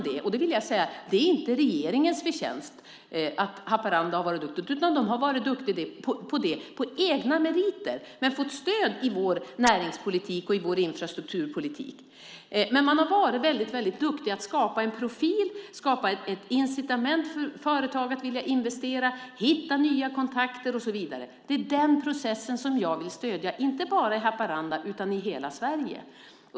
Det är inte regeringens förtjänst att de har varit duktiga i Haparanda, utan de har varit duktiga på egna meriter men fått stöd i vår näringspolitik och vår infrastrukturpolitik. De har varit väldigt duktiga på att skapa en profil och skapa ett incitament för företag att vilja investera, hitta nya kontakter och så vidare. Det är den processen som jag vill stödja, inte bara i Haparanda utan i hela Sverige.